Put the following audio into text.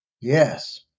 Yes